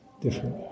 different